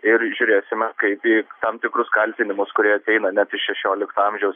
ir žiūrėsime kaip į tam tikrus kaltinimus kurie ateina net iš šešiolikto amžiaus